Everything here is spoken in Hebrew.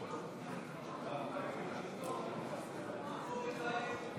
הבאה, הסתייגות 89,